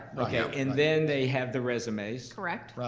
okay. and then they have the resumes. correct.